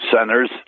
centers